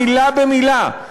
מילה במילה,